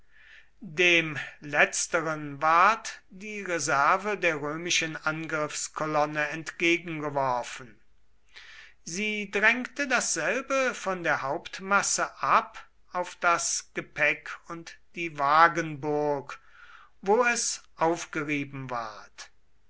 dem letzteren ward die reserve der römischen angriffskolonne entgegengeworfen sie drängte dasselbe von der hauptmasse ab auf das gepäck und die wagenburg wo es aufgerieben ward